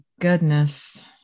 goodness